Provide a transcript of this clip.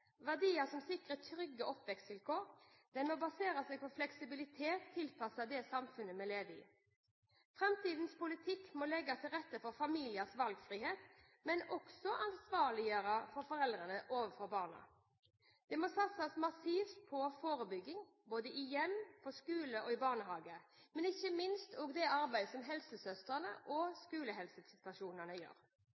verdier, verdier som sikrer trygge oppvekstvilkår. Den må basere seg på fleksibilitet tilpasset det samfunnet vi lever i. Framtidens politikk må legge til rette for familiers valgfrihet, men også ansvarliggjøring av foreldrene overfor barna. Det må satses massivt på forebygging både i hjem, i skole og i barnehage, og ikke minst på det arbeidet som helsesøstrene og